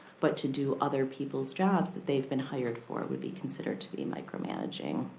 but to do other people's jobs that they've been hired for would be considered to be micromanaging